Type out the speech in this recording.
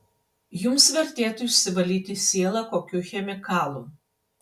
jums vertėtų išsivalyti sielą kokiu chemikalu